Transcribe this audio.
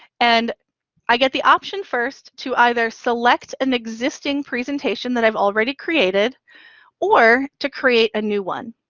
and i get the option first to either select an existing presentation that i've already created or to create a new one.